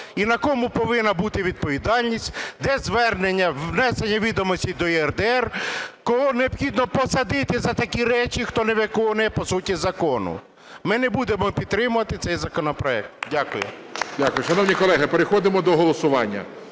і на кому повинна бути відповідальність, де звернення… внесення відомостей до ЄРДР, кого необхідно посадити за такі речі, хто не виконує, по суті, закону. Ми не будемо підтримувати цей законопроект. Дякую.